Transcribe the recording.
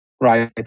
right